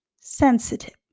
Sensitive